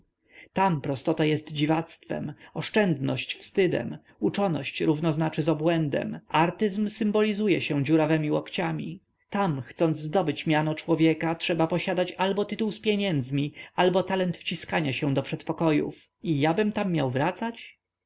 tam prostota jest dziwactwem oszczędność wstydem uczoność równoznaczy z obłędem artyzm symbolizuje się dziurawemi łokciami tam chcąc zdobyć miano człowieka trzeba posiadać albo tytuł z pieniędzmi albo talent wciskania się do przedpokojów i jabym tam miał wracać